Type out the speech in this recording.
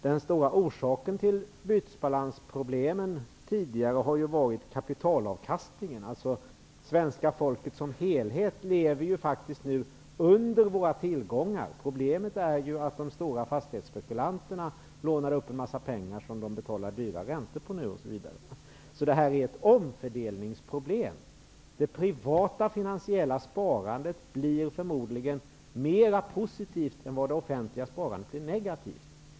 Den väsentliga orsaken till tidigare bytesbalansproblem har ju varit kapitalavkastningen. Totalt sett lever vi svenskar faktiskt under våra tillgångar. Problemet är att de stora fastighetsspekulanterna lånar upp en mängd pengar och att de nu därför får betala dyra räntor osv. Det är alltså fråga om ett omfördelningsproblem. Det privata finansiella sparandet blir förmodligen mera positivt än vad det offentliga sparandet blir negativt.